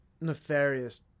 Nefarious